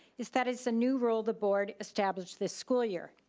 is that it's a new rule the board established this school year,